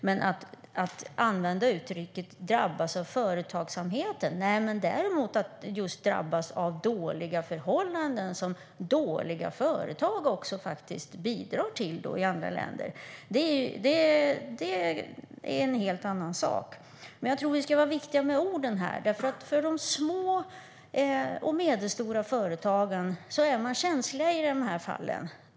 Det handlar inte om att "drabbas av företagsamhet" men att drabbas av dåliga förhållanden, som dåliga företag bidrar till i andra länder. Det är något annat. Jag tycker att vi ska vara noga med orden. De små och medelstora företagen är känsliga i de här fallen.